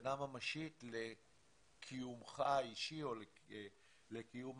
בסכנה ממשית לקיומך האישי או לקיום